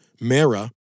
Mera